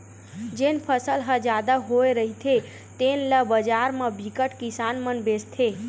जेन फसल ह जादा होए रहिथे तेन ल बजार म बिकट किसान मन बेचथे